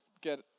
get